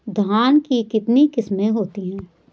धान की कितनी किस्में होती हैं?